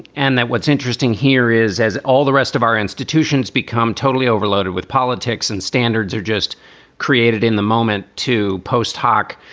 and then what's interesting here is, as all the rest of our institutions become totally overloaded with politics and standards are just created in the moment to post hoc